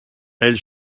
elle